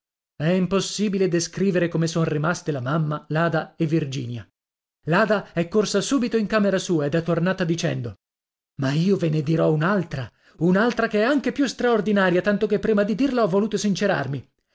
è impossibile descrivere come son rimaste la mamma l'ada e virginia l'ada è corsa subito in camera sua ed è tornata dicendo ma io ve ne dirò un'altra un'altra che è anche più straordinaria tanto che prima di dirla ho voluto sincerarmi